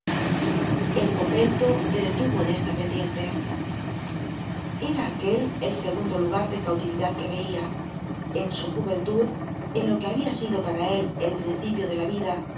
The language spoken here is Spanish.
el convento le detuvo en esta pendiente era aquel el segundo lugar de cautividad que veia en su juventud en lo que habia sido para él el principio de la vida